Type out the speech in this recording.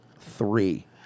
three